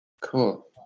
Cool